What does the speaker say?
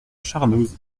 charnoz